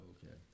Okay